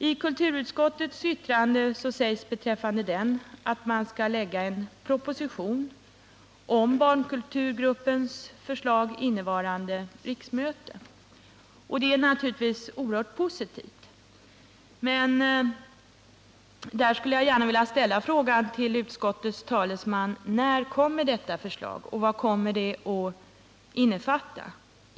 I kulturutskottets betänkande sägs beträffande den att det skall framläggas en proposition om barnkulturgruppens förslag innevarande riksmöte. Det är naturligtvis oerhört positivt. Men jag vill gärna fråga utskottets talesman när detta förslag kommer och vad det innefattar.